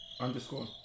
Underscore